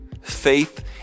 faith